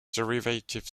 derivative